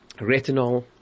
Retinol